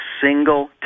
single